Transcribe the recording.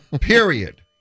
period